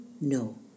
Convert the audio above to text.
No